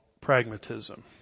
pragmatism